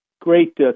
great